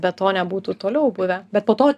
be to nebūtų toliau buvę bet po to